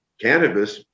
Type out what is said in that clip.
cannabis